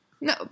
No